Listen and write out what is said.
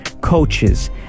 coaches